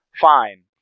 Fine